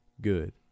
good